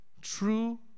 true